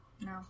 No